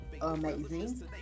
amazing